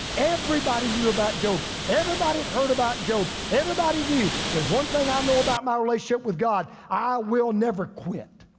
everybody knew about job. everybody had heard about job. everybody knew, there's one thing i know about my relationship with god, i will never quit.